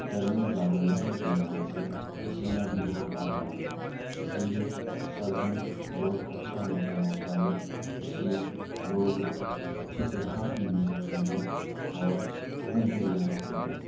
گرمی زیادہ لگنے کی وجہ سے پسینہ بھی بہت آتا ہے اس لیے سردی بہت اچھا موسم ہوتا ہے اس میں لوگ اچھے سے کھا پی بھی سکتے ہیں اور گھوم پھر بھی سکتے ہیں